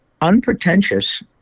unpretentious